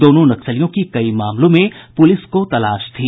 दोनों नक्सलियों की कई मामलों में पुलिस को तलाश थी